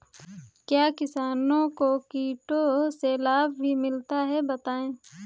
क्या किसानों को कीटों से लाभ भी मिलता है बताएँ?